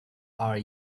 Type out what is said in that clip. are